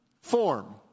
form